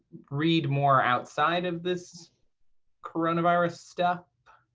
read more outside of this coronavirus stuff.